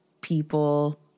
people